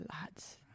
lads